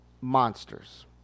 monsters